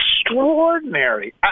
extraordinary